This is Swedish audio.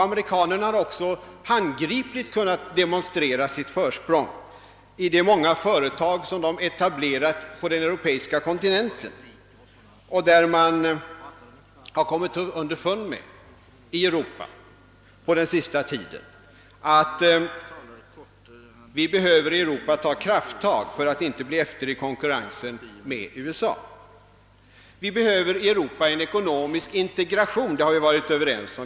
Amerikanerna har också handgripligt kunnat demonstrera sitt försprång i de många företag som de etablerat på den europeiska kontinenten. I Europa har man på den senaste tiden kommit underfund med att vi behöver ta krafttag för att inte bli efter i konkurrensen med USA. Vi har varit överens om att vi i Europa behöver en ekonomisk integration.